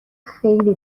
خیلی